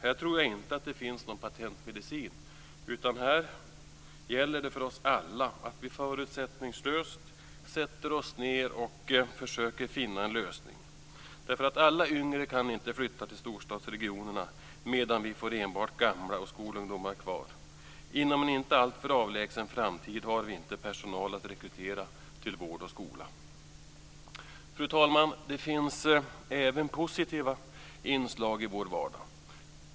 Här tror jag inte att det finns någon patentmedicin, utan här gäller det för oss alla att vi förutsättningslöst sätter oss ned och försöker finna en lösning. Alla yngre kan inte flytta till storstadsregionerna, medan vi får enbart gamla och skolungdomar kvar. Inom en inte alltför avlägsen framtid har vi inte personal att rekrytera till vård och skola. Fru talman! Det finns även positiva inslag i vår vardag.